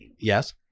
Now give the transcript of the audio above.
Yes